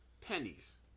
Pennies